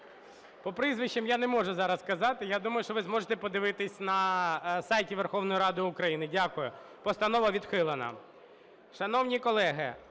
По прізвищах я не можу зараз казати, я думаю, що ви зможете подивитися на сайті Верховної Ради України. Дякую. Постанова відхилена. Шановні колеги,